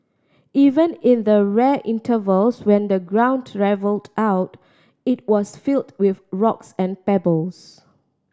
even in the rare intervals when the ground levelled out it was filled with rocks and pebbles